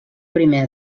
primer